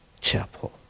chapel